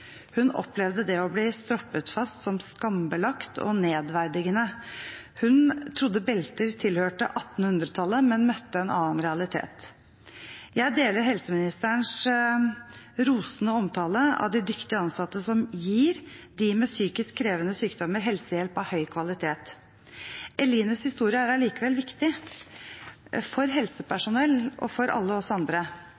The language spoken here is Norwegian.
Hun opplevde det å bli stroppet fast som skambelagt og nedverdigende. Hun trodde belter tilhørte 1800-tallet, men møtte en annen realitet. Jeg deler helseministerens rosende omtale av de dyktige ansatte som gir dem med psykisk krevende sykdommer, helsehjelp av høy kvalitet. Elines historie er allikevel viktig – for